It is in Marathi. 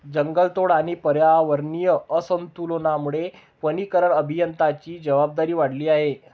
जंगलतोड आणि पर्यावरणीय असंतुलनामुळे वनीकरण अभियंत्यांची जबाबदारी वाढली आहे